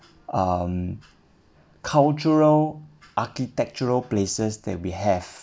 um cultural architectural places that we have